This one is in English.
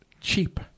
cheap